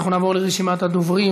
אנחנו נעבור לרשימת הדוברים.